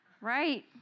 Right